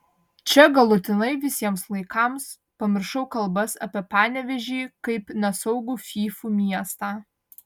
čia galutinai visiems laikams pamiršau kalbas apie panevėžį kaip nesaugų fyfų miestą